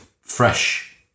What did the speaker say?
fresh